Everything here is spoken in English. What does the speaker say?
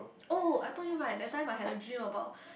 oh I told you right that time I had a dream about